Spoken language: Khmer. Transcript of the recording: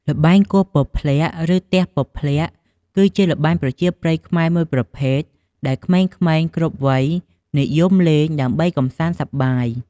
ល្បែង គោះពព្លាក់ ឬ ទះពព្លាក់ គឺជាល្បែងប្រជាប្រិយខ្មែរមួយប្រភេទ ដែលក្មេងៗគ្រប់វ័យនិយមលេង ដើម្បីកម្សាន្តសប្បាយ។